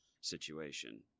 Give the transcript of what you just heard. situation